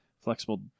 flexible